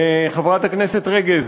חברת הכנסת רגב,